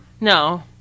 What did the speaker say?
No